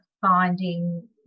finding